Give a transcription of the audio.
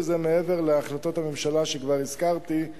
וזה מעבר להחלטות הממשלה שכבר הזכרתי,